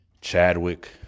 Chadwick